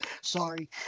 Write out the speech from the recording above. sorry